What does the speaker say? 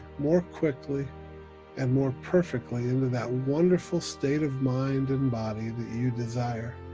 more quickly and more perfectly into that wonderful state of mind and body that you desire,